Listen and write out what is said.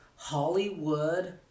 Hollywood